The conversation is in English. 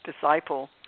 disciple